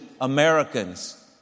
Americans